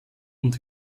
und